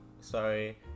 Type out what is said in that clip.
Sorry